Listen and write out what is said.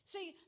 See